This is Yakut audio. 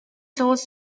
соҕус